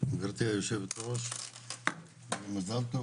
גברתי היושבת-ראש, מזל טוב,